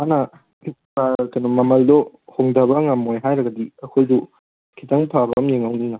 ꯑꯗꯨꯅ ꯀꯩꯅꯣ ꯃꯃꯜꯗꯣ ꯍꯣꯡꯗꯕ ꯉꯝꯃꯣꯏ ꯍꯥꯏꯔꯒꯗꯤ ꯑꯩꯈꯣꯏꯁꯨ ꯈꯤꯇꯪ ꯐꯕ ꯑꯃ ꯌꯦꯡꯍꯧꯅꯤꯅ